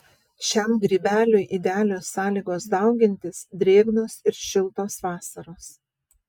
šiam grybeliui idealios sąlygos daugintis drėgnos ir šiltos vasaros